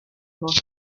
hoff